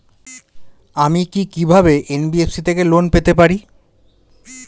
আমি কি কিভাবে এন.বি.এফ.সি থেকে লোন পেতে পারি?